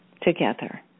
together